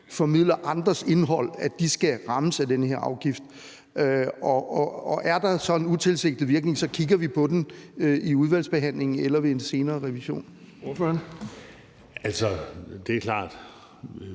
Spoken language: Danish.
formidler andres indhold, skal rammes af den her afgift – og er der så en utilsigtet virkning, kigger vi på den i udvalgsbehandlingen eller ved en senere revision.